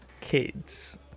kids